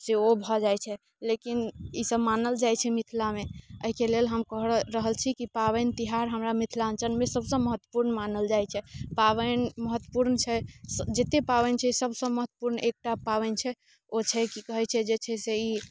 से ओ भऽ जाइत छै लेकिन ई सब मानल जाइत छै मिथिलामे के एहि लेल हम कहि रहल छी कि पाबनि तिहार हमरा मिथिलाञ्चलमे सबसँ महत्वपूर्ण मानल जाइत छै पाबनि महत्वपूर्ण छै जतेक पाबनि छै सबसे महत्वपूर्ण एकटा पाबनि छै ओ छै की कहैत छै जे छै से ई